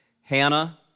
Hannah